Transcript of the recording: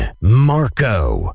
Marco